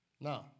Now